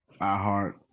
iheart